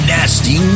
Nasty